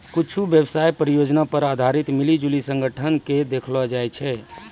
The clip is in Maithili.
कुच्छु व्यवसाय परियोजना पर आधारित मिली जुली संगठन के देखैलो जाय छै